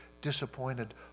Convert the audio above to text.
disappointed